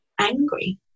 angry